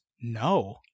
No